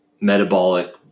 metabolic